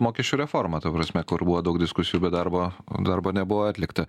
mokesčių reforma ta prasme kur buvo daug diskusijų be darbo darbo nebuvo atlikta